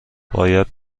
باید